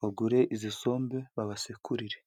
bagure izi sombe babasekurire.